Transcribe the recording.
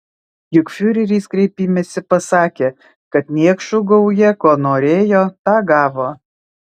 juk fiureris kreipimesi pasakė kad niekšų gauja ko norėjo tą gavo